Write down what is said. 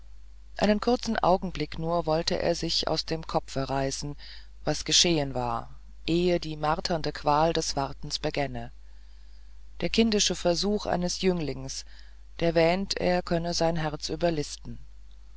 einen kurzen augenblick nur wollte er sich aus dem kopfe reißen was geschehen war ehe die marternde qual des wartens begänne der kindische versuch eines jünglings der wähnt er könne sein herz überlisten